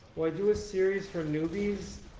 do a series for newbies,